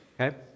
okay